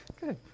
good